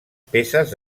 peces